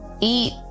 eat